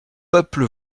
peuple